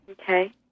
okay